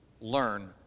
learn